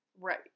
Right